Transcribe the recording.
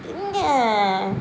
இங்கே